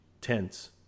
tense